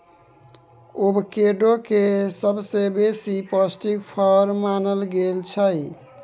avocado केँ सबसँ बेसी पौष्टिक फर मानल गेल छै